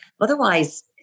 otherwise